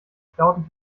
geklauten